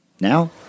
Now